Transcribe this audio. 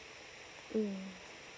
mm